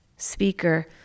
speaker